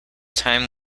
time